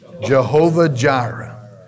Jehovah-Jireh